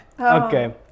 okay